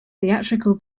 theatrical